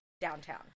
downtown